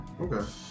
okay